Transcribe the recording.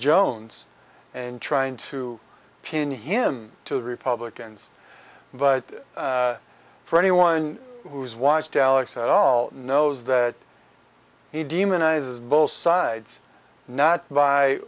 jones and trying to pin him to the republicans but for anyone who's watched alex at all knows that he demonizes both sides not by